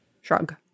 shrug